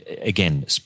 again